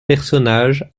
personnages